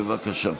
בבקשה.